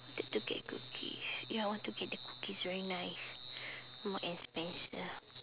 wanted to get cookies ya I want to get the cookies very nice mark and spencer